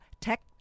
Tech